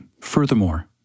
Furthermore